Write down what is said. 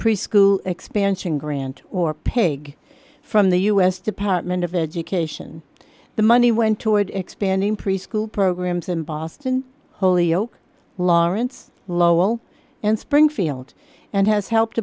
preschool expansion grant or pig from the u s department of education the money went toward expanding preschool programs in boston holyoke lawrence lowell and springfield and has helped